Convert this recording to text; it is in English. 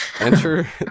enter